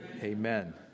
amen